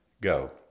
Go